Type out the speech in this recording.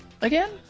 Again